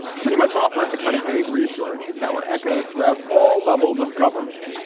pretty much offered the kind of vague reassurances that were echoed throughout all levels of government,